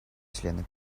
члена